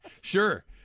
Sure